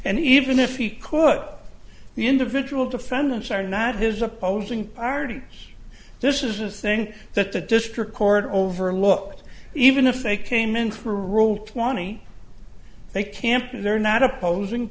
and even if he could the individual defendants are not his opposing party this is a thing that the district court overlook even if they came in for rule twenty they can't they're not opposing